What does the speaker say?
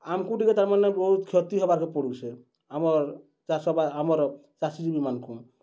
ଆମ୍କୁ ଟିକେ ତା'ର୍ମାନେ ବହୁତ୍ କ୍ଷତି ହେବାର୍କେ ପଡ଼ୁଛେ ଆମର୍ ଚାଷ ଆମର୍ ଚାଷୀ ଜୀବିମାନ୍ଙ୍କୁ